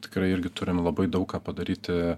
tikrai irgi turim labai daug ką padaryti